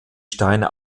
steine